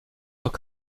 doch